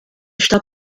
está